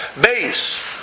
Base